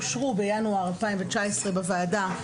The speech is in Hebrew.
אושרו בינואר 2019 בוועדה,